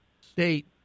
state